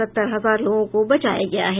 सत्तर हजार लोगों को बचाया गया है